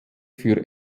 für